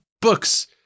books